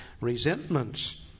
resentments